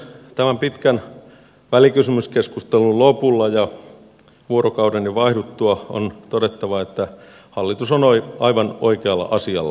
tämän pitkän välikysymyskeskustelun lopulla ja vuorokauden jo vaihduttua on todettava että hallitus on aivan oikealla asialla